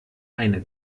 eine